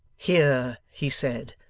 here, he said,